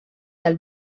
del